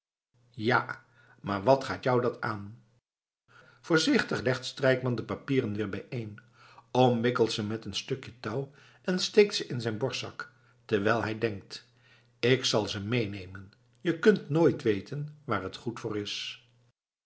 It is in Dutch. ja maar wat gaat jou dat aan voorzichtig legt strijkman de papieren weer bijeen omwikkelt ze met een stukje touw en steekt ze in zijn borstzak terwijl hij denkt k zal ze meenemen je kunt nooit weten waar het goed voor is